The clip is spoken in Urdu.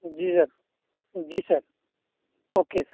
جی سر جی سر اوکے سر